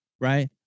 right